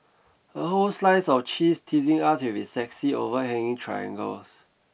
a whole slice of cheese teasing us with its sexy overhanging triangles